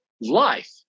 life